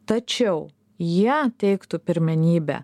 tačiau jie teiktų pirmenybę